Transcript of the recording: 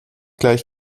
gleich